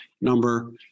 number